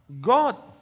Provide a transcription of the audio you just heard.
God